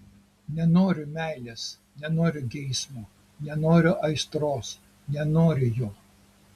nenoriu meilės nenoriu geismo nenoriu aistros nenoriu jo